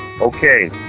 okay